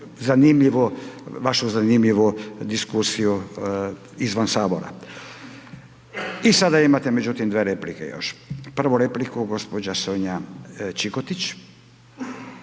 vašu zanimljivu diskusiju izvan Sabora. I sada imate međutim 2 replike još. Prvu repliku gđa. Sonja Čikotić.